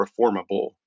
reformable